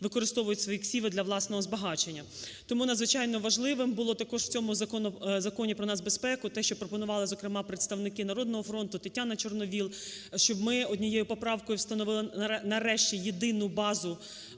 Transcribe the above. використовують свої ксиви для власного збагачення. Тому надзвичайно важливим було також в цьому Законі про нацбезпеку те, що пропонували, зокрема, представники "Народного фронту", Тетяна Чорновол, щоб ми однією поправкою встановили нарешті єдину базу